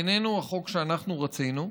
איננו החוק שאנחנו רצינו.